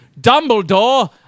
Dumbledore